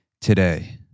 today